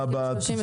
הוא מזכה ב-33%.